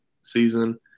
season